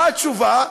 מה התשובה?